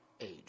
Age